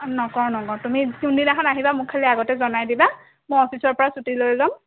নকওঁ নকওঁ তুমি কোনদিনাখন আহিবা মোক খালী আগতে জনাই দিবা মই অফিচৰ পৰা ছুটি লৈ লম